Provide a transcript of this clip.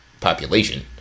population